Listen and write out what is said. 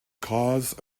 cause